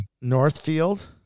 Northfield